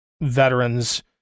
veterans